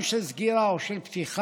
גם של סגירה או של פתיחה,